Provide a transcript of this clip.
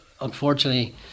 unfortunately